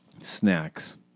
Snacks